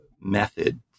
method